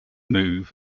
move